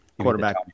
quarterback